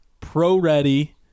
pro-ready –